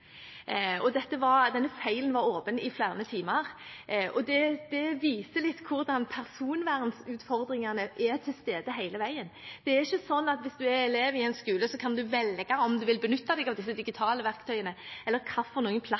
Denne feilen varte i flere timer. Det viser litt hvordan personvernutfordringene er til stede hele veien. Det er ikke slik at hvis man er elev på en skole, kan man velge om man vil benytte seg av disse digitale verktøyene, eller